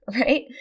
right